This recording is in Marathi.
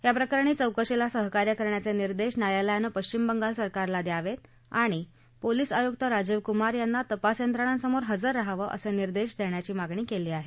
या प्रकरणी चौकशीला सहकार्य करण्याचे निर्देश न्यायालयानं पश्चिम बंगाल सरकारला द्यावे आणि पोलिस आयुक्त राजीव कुमार यांना तपास यंत्रणांसमोर हजर रहावं असे निर्देश देण्याची मागणी केली आहे